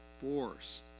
force